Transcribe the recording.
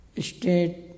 state